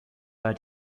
war